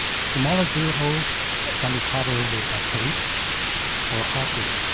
smaller drill holes can be covered with a tape or hot glue.